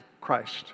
Christ